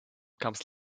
comes